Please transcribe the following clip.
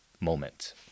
moment